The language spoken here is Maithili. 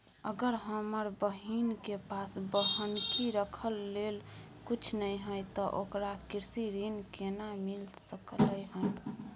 अगर हमर बहिन के पास बन्हकी रखय लेल कुछ नय हय त ओकरा कृषि ऋण केना मिल सकलय हन?